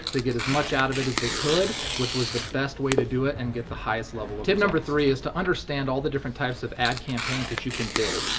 to get as much out of it as they could, which was the best way to do it and get the highest level tip number three is to understand all the different types of ad campaigns that you can build.